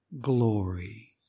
glory